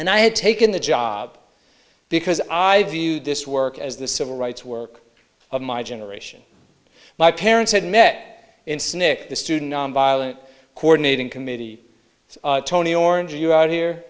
and i had taken the job because i viewed this work as the civil rights work of my generation my parents had met in snick the student nonviolent coordinating committee tony orange you out here